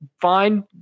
fine